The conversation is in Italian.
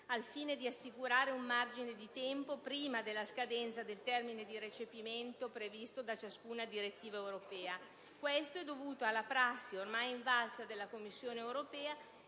al fine di assicurare un margine di tempo prima della scadenza del termine di recepimento previsto da ciascuna direttiva europea. Questo è dovuto alla prassi della Commissione europea,